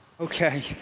Okay